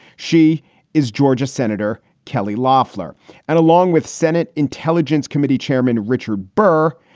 she is georgia senator kelly loffler and along with senate intelligence committee chairman richard burr,